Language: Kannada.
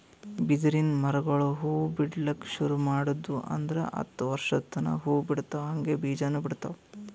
ಬಿದಿರಿನ್ ಮರಗೊಳ್ ಹೂವಾ ಬಿಡ್ಲಕ್ ಶುರು ಮಾಡುದ್ವು ಅಂದ್ರ ಹತ್ತ್ ವರ್ಶದ್ ತನಾ ಹೂವಾ ಬಿಡ್ತಾವ್ ಹಂಗೆ ಬೀಜಾನೂ ಬಿಡ್ತಾವ್